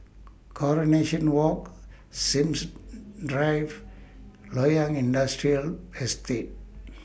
Coronation Walk Sims Drive Loyang Industrial Estate